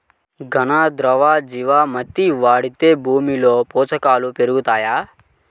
ఘన, ద్రవ జీవా మృతి వాడితే భూమిలో పోషకాలు పెరుగుతాయా?